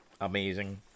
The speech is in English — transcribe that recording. amazing